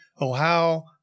Ohio